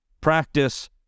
practice